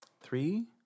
Three